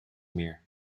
meer